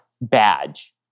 badge